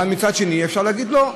אבל מצד שני, אפשר להגיד: לא.